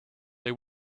they